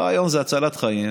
הרעיון זה הצלת חיים.